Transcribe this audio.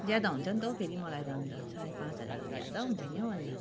ज्यादा हुन्छ नि त हौ फेरि मलाई त अन्त साँढे पाँच हजार त ज्यादा हुन्छ नि हौ अन्त